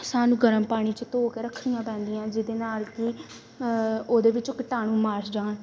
ਸਾਨੂੰ ਗਰਮ ਪਾਣੀ 'ਚ ਧੋ ਕੇ ਰੱਖਣੀਆਂ ਪੈਂਦੀਆਂ ਜਿਹਦੇ ਨਾਲ ਕਿ ਉਹਦੇ ਵਿੱਚੋਂ ਕਿਟਾਣੂ ਮਰ ਜਾਣ